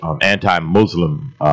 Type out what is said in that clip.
anti-Muslim